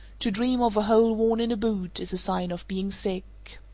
to dream of a hole worn in a boot is a sign of being sick.